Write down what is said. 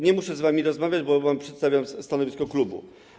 Nie musze z wami rozmawiać, bo przedstawiam stanowisko klubu.